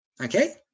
Okay